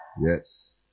Yes